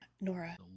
Nora